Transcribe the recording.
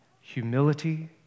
humility